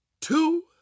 two